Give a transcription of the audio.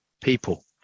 people